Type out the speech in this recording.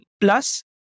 plus